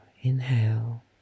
inhale